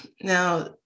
Now